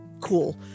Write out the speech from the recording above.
cool